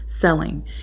selling